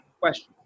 question